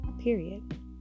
Period